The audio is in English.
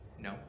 No